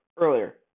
earlier